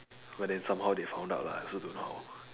but then somehow they found out lah I also don't know how